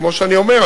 כמו שאני אומר,